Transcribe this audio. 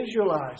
visualize